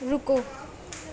رکو